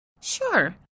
Sure